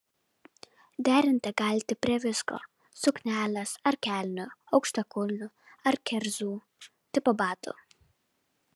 derinti galite prie visko suknelės ar kelnių aukštakulnių ar kerzų tipo batų